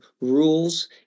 rules